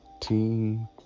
team